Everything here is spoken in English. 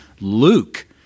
Luke